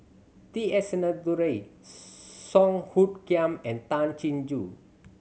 T S Sinnathuray Song Hoot Kiam and Tay Chin Joo